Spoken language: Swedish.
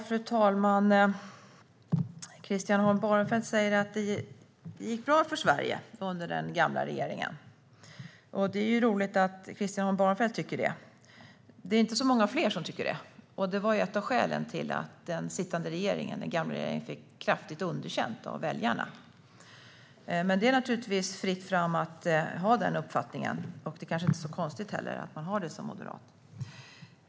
Fru talman! Christian Holm Barenfeld säger att det gick bra för Sverige under den gamla regeringen, och det är ju roligt att han tycker det. Det är inte så många fler som tycker som han. Det var ett av skälen till att den gamla regeringen fick kraftigt underkänt av väljarna. Men det är naturligtvis fritt fram att ha den uppfattningen. Det kanske inte heller är så konstigt att man har det som moderat.